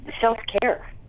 self-care